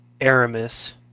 Aramis